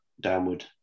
downward